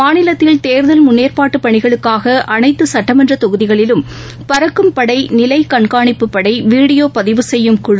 மாநிலத்தில் தேர்தல் முன்னேற்பாடுபணிகளுக்காகஅனைத்துசட்டமன்றத் தொகுதிகளிலும் பறக்கும் படை நிலைகண்காணிப்புப்படை வீடியோபதிவு செய்யும் குழு